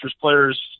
players